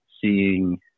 seeing